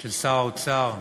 של שר האוצר,